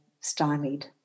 stymied